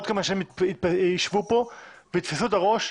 בעוד כמה שנים ישבו פה ויתפסו את הראש,